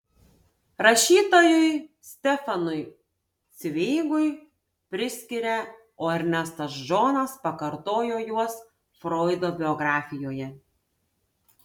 rašytojui stefanui cveigui priskiria o ernestas džonas pakartojo juos froido biografijoje